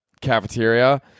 cafeteria